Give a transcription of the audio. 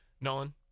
Nolan